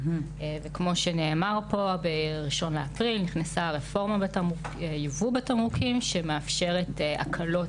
כמו שנאמר פה ב-1 באפריל נכנסה הרפורמה בייבוא התמרוקים שמאפשרת הקלות